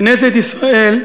"כנסת ישראל",